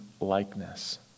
likeness